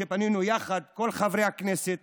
שפנינו יחד כל חברי הכנסת,